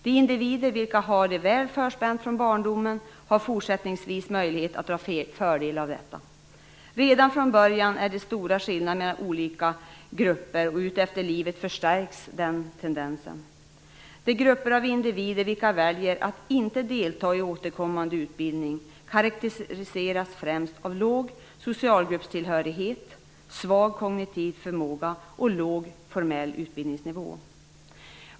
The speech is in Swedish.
De individer som har det väl förspänt från barndomen har fortsättningsvis möjlighet att dra fördelar av detta. Redan från början är det stora skillnader mellan olika grupper, och under livets gång förstärks denna tendens. De grupper av individer som väljer att inte delta i återkommande utbildning karakteriseras främst av låg socialgruppstillhörighet, svag kognitiv förmåga och låg formell utbildningsnivå.